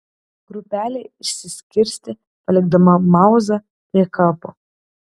grupelė išsiskirstė palikdama mauzą prie kapo